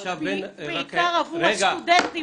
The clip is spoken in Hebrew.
עכשיו --- בעיקר עבור הסטודנטים